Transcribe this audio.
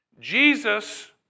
Jesus